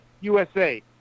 USA